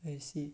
I see